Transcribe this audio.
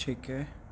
ٹھیک ہے